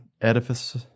edifice